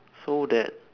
so that